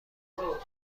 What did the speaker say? ادعاهایی